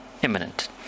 imminent